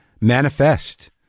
manifest